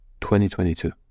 2022